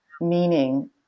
meaning